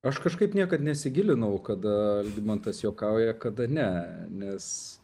aš kažkaip niekad nesigilinau kad mantas juokauja kada ne nes